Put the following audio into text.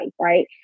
right